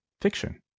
fiction